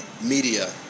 media